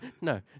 No